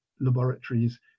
laboratories